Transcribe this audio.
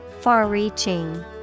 far-reaching